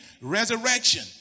Resurrection